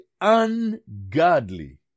ungodly